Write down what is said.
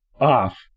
off